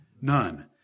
None